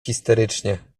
histerycznie